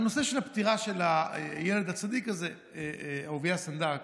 בנושא של הפטירה של הילד הצדיק הזה אהוביה סנדק,